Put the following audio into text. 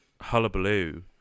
Hullabaloo